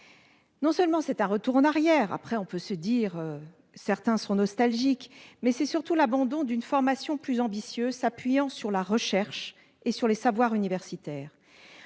Non seulement c'est un retour en arrière- après tout, certains sont peut-être nostalgiques -, mais c'est aussi l'abandon d'une formation plus ambitieuse s'appuyant sur la recherche et les savoirs universitaires,